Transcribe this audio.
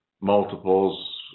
multiples